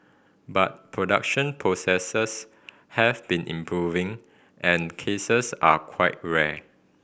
but production processes have been improving and cases are quite rare